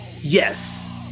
yes